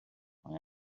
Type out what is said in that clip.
mae